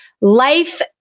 life